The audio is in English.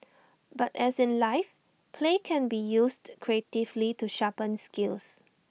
but as in life play can be used creatively to sharpen skills